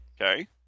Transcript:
Okay